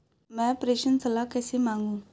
मैं प्रेषण सलाह कैसे मांगूं?